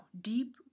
Deep